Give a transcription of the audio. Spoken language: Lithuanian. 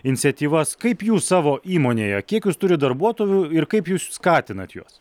iniciatyvas kaip jūs savo įmonėje kiek jūs turit darbuotojų ir kaip jūs skatinat juos